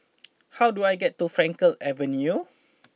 how do I get to Frankel Avenue